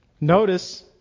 notice